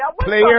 Player